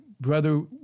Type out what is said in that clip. brother